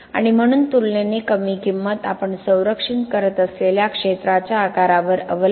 आणि म्हणून तुलनेने कमी किंमत आपण संरक्षित करत असलेल्या क्षेत्राच्या आकारावर अवलंबून